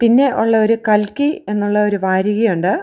പിന്നെ ഉള്ള ഒരു കൽക്കി എന്നുള്ള ഒരു വാരികയുണ്ട്